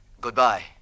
Goodbye